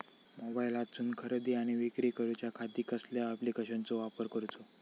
मोबाईलातसून खरेदी आणि विक्री करूच्या खाती कसल्या ॲप्लिकेशनाचो वापर करूचो?